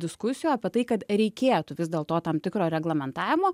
diskusijų apie tai kad reikėtų vis dėl to tam tikro reglamentavimo